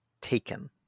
taken